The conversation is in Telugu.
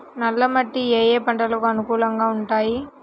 నల్ల మట్టి ఏ ఏ పంటలకు అనుకూలంగా ఉంటాయి?